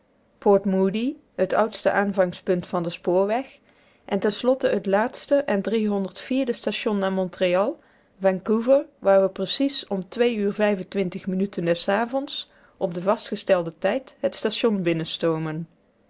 port moody het oude aanvangspunt van den spoorweg en eindelijk het laatste en station na montreal vancouver waar we precies om minuten des avonds op den vastgestelden tijd het station